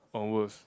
onwards